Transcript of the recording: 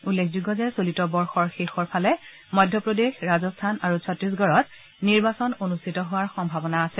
উল্লেখযোগ্য যে চলিত বৰ্ষৰ শেষৰ ফালে মধ্যপ্ৰদেশ ৰাজস্থান আৰু ছত্তিশগড়ত নিৰ্বাচন অনুষ্ঠিত হোৱাৰ সম্ভাৱনা আছে